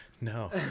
no